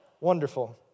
wonderful